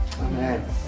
Amen